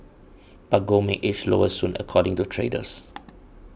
but gold may edge lower soon according to traders